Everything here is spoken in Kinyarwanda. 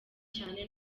cyane